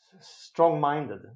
strong-minded